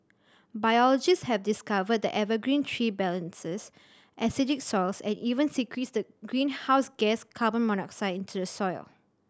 biologists have discovered the evergreen tree balances acidic soils and even secretes the greenhouse gas carbon monoxide into the soil